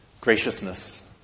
graciousness